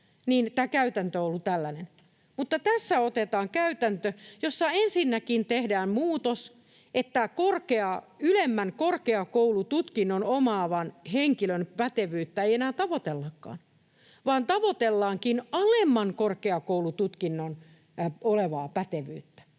käytäntö on ollut tällainen, mutta tässä otetaan käytäntö, jossa ensinnäkin tehdään muutos, että ylemmän korkeakoulututkinnon omaavan henkilön pätevyyttä ei enää tavoitellakaan, vaan tavoitellaankin alemman korkeakoulututkinnon pätevyyttä.